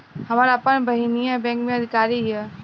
हमार आपन बहिनीई बैक में अधिकारी हिअ